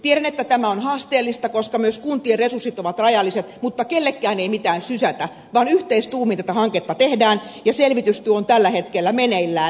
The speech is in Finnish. tiedän että tämä on haasteellista koska myös kuntien resurssit ovat rajalliset mutta kellekään ei mitään sysätä vaan yhteistuumin tätä hanketta tehdään ja selvitystyö on tällä hetkellä meneillään